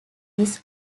this